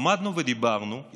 עמדנו ודיברנו,